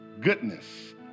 goodness